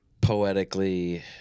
poetically